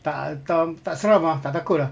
tak tam~ tak seram ah tak takut ah